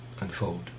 unfold